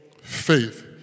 faith